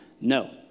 No